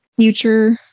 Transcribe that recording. future